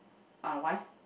ah why